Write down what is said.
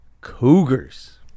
Cougars